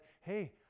Hey